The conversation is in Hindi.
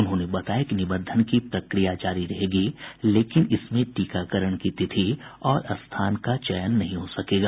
उन्होंने बताया कि निबंधन की प्रक्रिया जारी रहेगी लेकिन इसमें टीकाकरण की तिथि और स्थान का चयन नहीं हो सकेगा